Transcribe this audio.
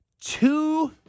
two